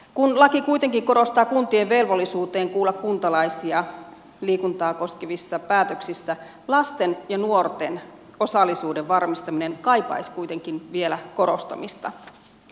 kun laki kuitenkin korostaa kuntien velvollisuutta kuulla kuntalaisia liikuntaa koskevissa päätöksissä lasten ja nuorten osallisuuden varmistaminen kaipaisi kuitenkin vielä korostamista